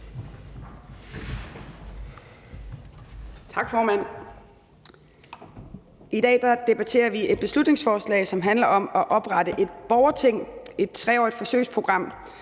Tak, formand. I dag debatterer vi et beslutningsforslag, som handler om at oprette et borgerting i et 3-årigt forsøgsprogram,